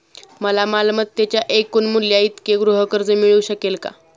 मला मालमत्तेच्या एकूण मूल्याइतके गृहकर्ज मिळू शकेल का?